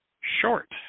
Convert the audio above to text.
Short